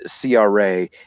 CRA